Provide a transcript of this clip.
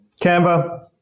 Canva